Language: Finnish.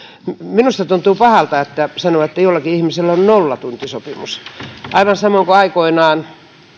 minusta tuntuu pahalta sanoa että jollakin ihmisellä on nollatuntisopimus aivan samoin kuin aikoinaan